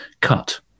cut